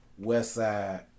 Westside